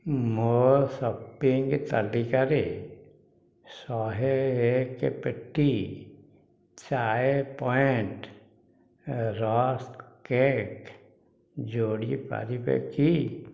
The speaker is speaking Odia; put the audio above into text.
ମୋ' ସପିଂ ତାଲିକାରେ ଶହେ ଏକ ପେଟି ଚାଏ ପଏଣ୍ଟ୍ ରସ୍କ କେକ୍ ଯୋଡ଼ି ପାରିବେ କି